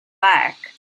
back